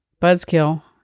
Buzzkill